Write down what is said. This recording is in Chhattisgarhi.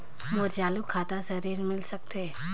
मोर चालू खाता से ऋण मिल सकथे?